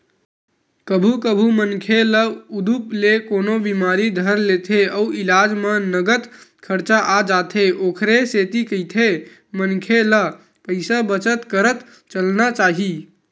कभू कभू मनखे ल उदुप ले कोनो बिमारी धर लेथे अउ इलाज म नँगत खरचा आ जाथे ओखरे सेती कहिथे मनखे ल पइसा बचत करत चलना चाही